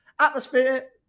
atmosphere